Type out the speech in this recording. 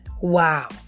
Wow